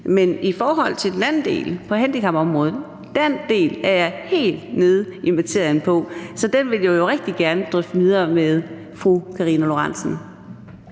Men i forhold til den anden del, der drejer sig om handicapområdet, er jeg helt nede i materien, så den vil jeg jo rigtig gerne drøfte videre med fru Karina Lorentzen